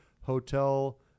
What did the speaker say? hotel